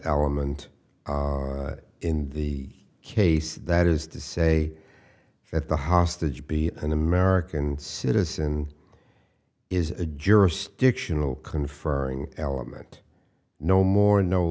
element in the case that is to say that the hostage be an american citizen is a jurisdictional conferring element no more no